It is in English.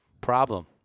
problem